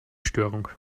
störung